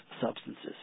substances